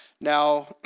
now